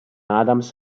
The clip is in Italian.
adams